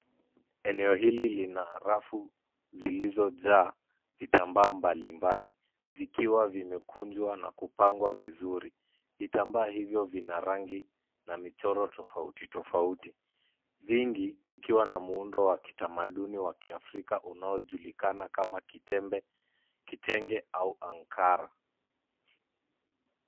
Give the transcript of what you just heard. Eneo hili lina rafu, zilizo jaa, vitambaa mbalimbali. Vikiwa vimekunjwa na kupangwa vizuri. Vitambaa hivyo vina rangi na michoro tofauti tofauti. Vingi vikiwa na muundo wa kitamaduni wa Kiafrika unaojulikana kama, kitenge, au ankara .